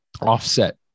offset